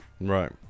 right